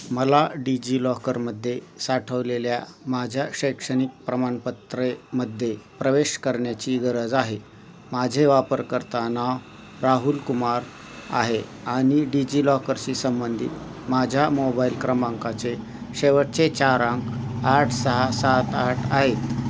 मला डिजिलॉकरमध्ये साठवलेल्या माझ्या शैक्षणिक प्रमाणपत्रेमध्ये प्रवेश करण्याची गरज आहे माझे वापरकर्ता नाव राहुल कुमार आहे आणि डिजिलॉकरशी संबंधित माझ्या मोबाईल क्रमांकाचे शेवटचे चार अंक आठ सहा सात आठ आहेत